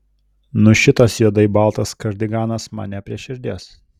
nu šitas juodai baltas kardiganas man ne prie širdies